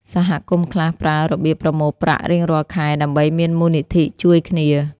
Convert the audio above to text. សហគមន៍ខ្លះប្រើរបៀបប្រមូលប្រាក់រៀងរាល់ខែដើម្បីមានមូលនិធិជួយគ្នា។